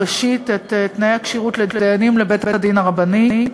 ראשית, את תנאי הכשירות לדיינים לבית-הדין הרבני.